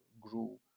grew